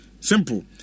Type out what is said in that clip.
Simple